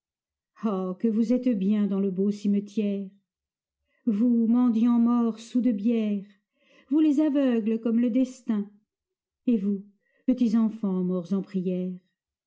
ah que vous êtes bien dans le beau cimetière vous mendiants morts saouls de bière vous les aveugles comme le destin et vous petits enfants morts en prière